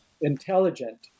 intelligent